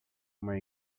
uma